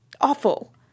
awful